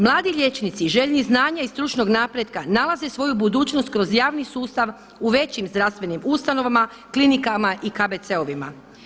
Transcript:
Mladi liječnici željni znanja i stručnog napretka nalaze svoju budućnost kroz javni sustav u većim zdravstvenim ustanovama, klinikama i KBC-ovima.